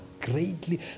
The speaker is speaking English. greatly